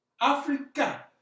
Africa